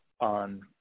on